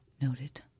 noted